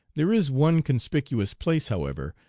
there is one conspicuous place, however,